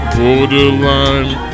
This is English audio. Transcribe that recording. Borderline